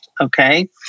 Okay